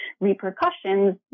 repercussions